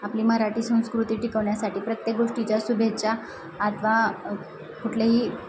आपली मराठी संस्कृती टिकवण्यासाठी प्रत्येक गोष्टीच्या शुभेच्छा अथवा कुठल्याही